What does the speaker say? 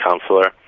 counselor